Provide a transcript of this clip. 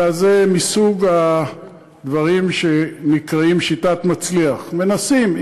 אלא שזה מסוג הדברים שנקראים שיטת "מצליח" מנסים,